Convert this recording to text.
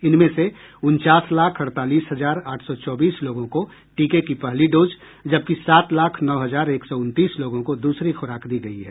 इनमें से उनचास लाख अड़तालीस हजार आठ सौ चौबीस लोगों को टीके की पहली डोज जबकि सात लाख नौ हजार एक सौ उनतीस लोगों को दूसरी खुराक दी गयी है